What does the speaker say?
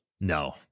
No